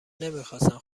نمیخواستند